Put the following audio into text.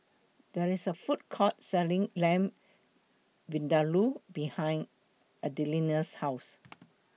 There IS A Food Court Selling Lamb Vindaloo behind Adelina's House